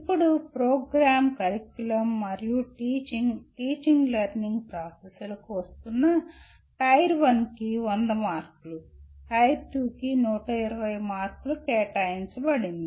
ఇప్పుడు program curriculum మరియు teaching teaching learning ప్రాసెస్లకు వస్తున్న టైర్ 1 కి 100 మార్కులు టైర్ 2కి 120 మార్కులు కేటాయించబడింది